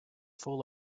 full